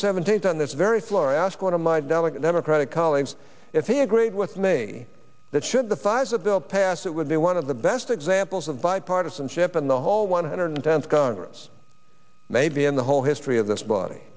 seventeenth on this very floor ask one of my delicate democratic colleagues if he agreed with me that should the five the bill pass it would be one of the best examples of bipartisanship in the whole one hundred tenth congress maybe in the whole history of this body